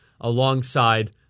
alongside